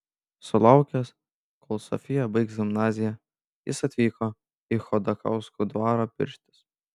sulaukęs kol sofija baigs gimnaziją jis atvyko į chodakauskų dvarą pirštis